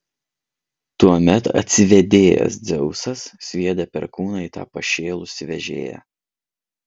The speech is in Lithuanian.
tuomet atsivėdėjęs dzeusas sviedė perkūną į tą pašėlusį vežėją